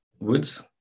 woods